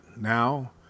now